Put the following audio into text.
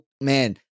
man